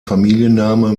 familienname